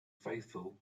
faithful